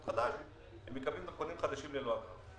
הם מקבלים דרכונים חדשים ללא אגרה.